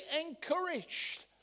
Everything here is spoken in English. encouraged